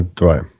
right